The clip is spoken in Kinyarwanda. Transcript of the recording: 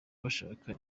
bashaka